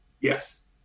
Yes